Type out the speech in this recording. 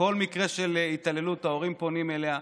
בכל מקרה של התעללות, ההורים פונים אליה.